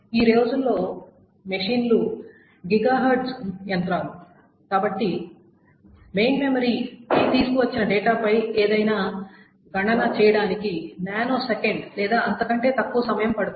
ఈ రోజుల్లో మెషిన్లు GHz యంత్రాలు కాబట్టి మెయిన్ మెమరీకి తీసుకువచ్చిన డేటాపై ఏదైనా గణన చేయడానికి నానోసెకండ్ లేదా అంత కంటే తక్కువ సమయం పడుతుంది